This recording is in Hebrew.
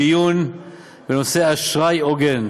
דיון בנושא אשראי הוגן.